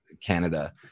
Canada